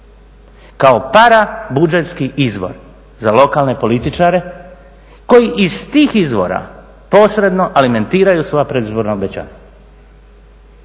kao para budžetski izvor za lokalne političare koji iz tih izvora posredno alimentiraju svoja predizborna obećanja